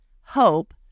hope